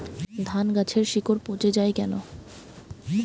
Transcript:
ধানগাছের শিকড় পচে য়ায় কেন?